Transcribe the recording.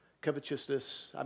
Covetousness